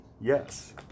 Yes